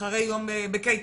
אחרי יום בקיטנה,